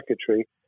secretary